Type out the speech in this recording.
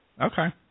Okay